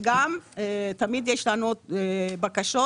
תמיד יש לנו בקשות,